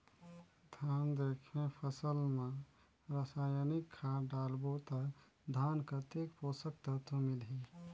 धान देंके फसल मा रसायनिक खाद डालबो ता धान कतेक पोषक तत्व मिलही?